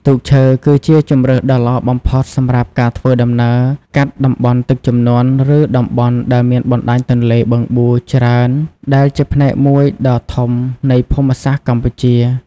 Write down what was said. ទូកឈើគឺជាជម្រើសដ៏ល្អបំផុតសម្រាប់ការធ្វើដំណើរកាត់ តំបន់ទឹកជំនន់ ឬតំបន់ដែលមាន បណ្ដាញទន្លេ បឹងបួ ច្រើន ដែលជាផ្នែកមួយដ៏ធំនៃភូមិសាស្ត្រកម្ពុជា ។